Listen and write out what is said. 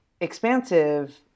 expansive